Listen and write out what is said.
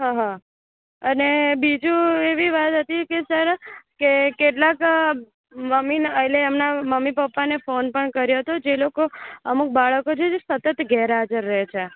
હં હં અને બીજું એવી વાત હતી કે સર કે કેટલાક મમ્મી એટલે એમનાં મમ્મી પાપ્પાને ફોન પણ કર્યો હતો જે લોકો અમુક બાળકો છે જે સતત ગેરહાજર રહે છે